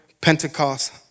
Pentecost